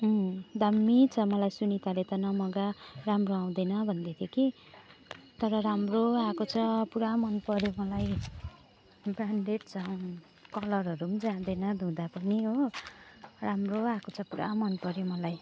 दामी मलाई सुनिताले त नमगा राम्रो आउँदैन भन्दैथियो कि तर राम्रो आएको छ पुरा मन पर्यो मलाई ब्रान्डेड छ कलरहरू पनि जाँदैन धुँदा पनि हो राम्रो आएको छ पुरा मन पर्यो मलाई